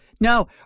No